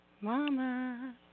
Mama